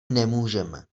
nemůžeme